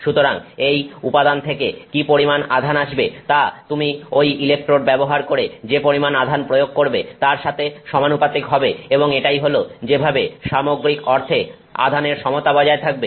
সুতরাং এই উপাদান থেকে কি পরিমাণ আধান আসবে তা তুমি ঐ ইলেকট্রোড ব্যবহার করে যে পরিমাণ আধান প্রয়োগ করবে তার সাথে সমানুপাতিক হবে এবং এটাই হলো যেভাবে সামগ্রিক অর্থে আধানের সমতা বজায় থাকবে